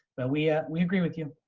but we ah we agree with you.